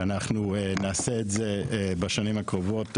ואנחנו נעשה את זה בשנים הקרובות.